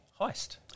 Heist